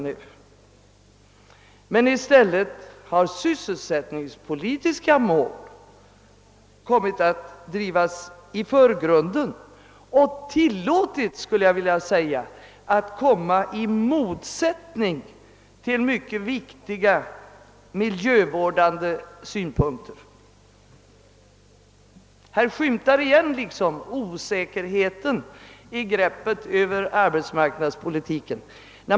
I stället har sysselsättningspolitiska mål skjutits i förgrunden och tillåtits komma i motsättning till mycket viktiga miljövårdande synpunkter. Härvidlag skymtar återigen osäkerheten i greppet över arbetsmarknadspolitiken.